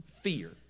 fear